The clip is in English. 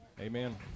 Amen